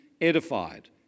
edified